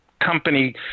company